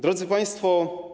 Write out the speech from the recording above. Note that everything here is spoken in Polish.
Drodzy Państwo!